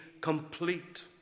complete